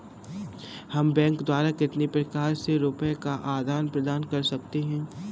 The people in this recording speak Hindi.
हम बैंक द्वारा कितने प्रकार से रुपये का आदान प्रदान कर सकते हैं?